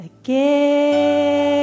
again